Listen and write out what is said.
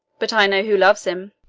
but i know who loves him.